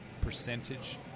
percentage